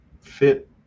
fit